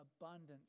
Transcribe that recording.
abundance